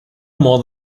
more